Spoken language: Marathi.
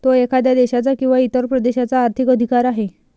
तो एखाद्या देशाचा किंवा इतर प्रदेशाचा आर्थिक अधिकार आहे